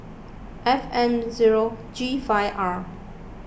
F M zero G five R